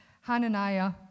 Hananiah